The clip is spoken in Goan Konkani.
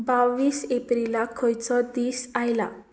बावीस एप्रिलाक खंयचो दीस आयला